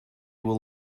will